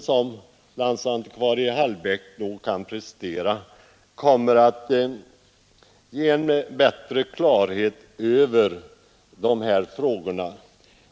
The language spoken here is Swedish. Det är möjligt att den uppsatsen kommer att ge större klarhet i dessa frågor.